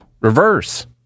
reverse